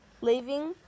Leaving